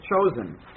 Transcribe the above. chosen